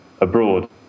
abroad